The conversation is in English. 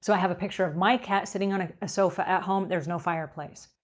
so i have a picture of my cat sitting on ah a sofa at home. there's no fireplace.